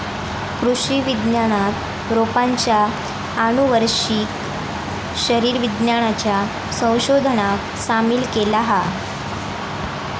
कृषि विज्ञानात रोपांच्या आनुवंशिक शरीर विज्ञानाच्या संशोधनाक सामील केला हा